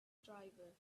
driver